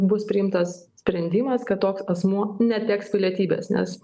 bus priimtas sprendimas kad toks asmuo neteks pilietybės nes